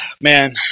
man